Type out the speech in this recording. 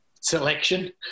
selection